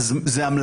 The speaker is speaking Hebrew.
יש מה שנקרא,